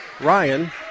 Ryan